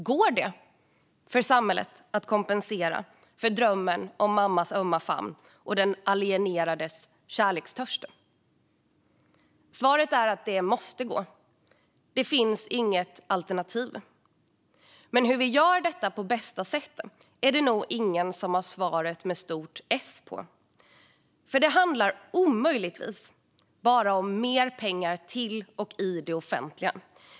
Går det för samhället att kompensera för drömmen om mammas ömma famn och den alienerades kärlekstörst? Svaret är att det måste gå; det finns inget alternativ. Men hur vi gör detta på bästa sätt är det nog ingen som har svaret med stort S på. Det kan omöjligtvis handla bara om mer pengar till och i det offentliga.